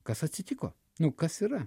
kas atsitiko nu kas yra